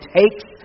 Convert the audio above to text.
takes